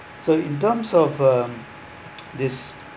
so in terms of uh this